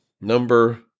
number